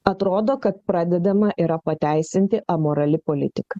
atrodo kad pradedama yra pateisinti amorali politika